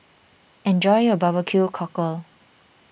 enjoy your BBQ Cockle